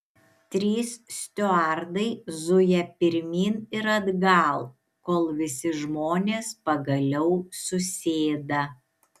trys stiuardai zuja pirmyn ir atgal kol visi žmonės pagaliau susėda